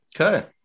Okay